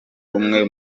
umwe